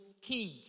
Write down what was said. king